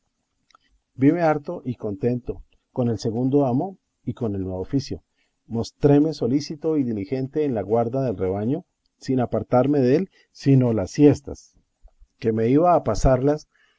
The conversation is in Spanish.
vime harto y contento con el segundo amo y con el nuevo oficio mostréme solícito y diligente en la guarda del rebaño sin apartarme dél sino las siestas que me iba a pasarlas